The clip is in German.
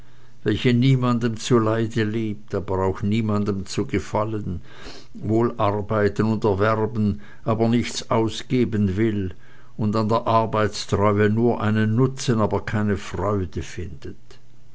welche niemandem zu leid lebt aber auch niemandem zu gefallen wohl arbeiten und erwerben aber nichts ausgeben will und an der arbeitstreue nur einen nutzen aber keine freude findet